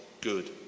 good